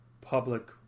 public